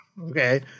okay